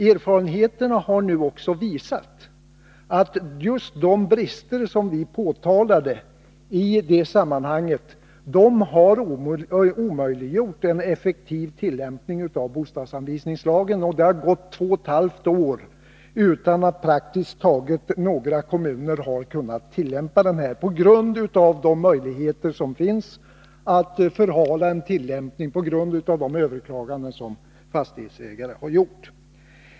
Erfarenheten har nu också visat att just de brister som vi påtalade har omöjliggjort en effektiv tillämpning av bostadsanvisningslagen. Det har gått två och ett halvt år utan att praktiskt taget någon kommun har kunnat tillämpa lagen på grund av de möjligheter som fastighetsägarna har att förhala ärendena genom överklaganden.